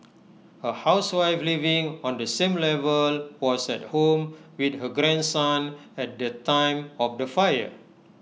A housewife living on the same level was at home with her grandson at the time of the fire